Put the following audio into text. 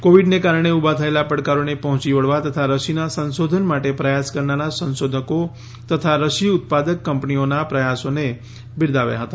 કોવીડના કારણે ઉભા થયેલા પડકારોને પહોંચી વળવા તથા રસીના સંશોધન માટે પ્રયાસ કરનારા સંશોધકો તથા રસી ઉત્પાદક કંપનીઓના પ્રયાસોને બિરદાવ્યા હતા